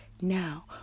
now